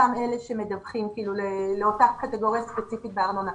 אותם אלה שמדווחים לאותה קטגוריה ספציפית בארנונה.